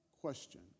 Question